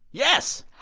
yes